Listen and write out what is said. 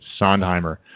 Sondheimer